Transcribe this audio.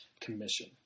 Commission